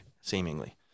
seemingly